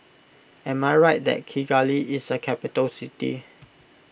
am I right that Kigali is a capital city